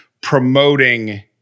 promoting